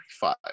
five